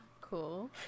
Cool